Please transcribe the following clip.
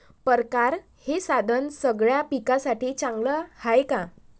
परकारं हे साधन सगळ्या पिकासाठी चांगलं हाये का?